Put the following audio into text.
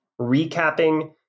recapping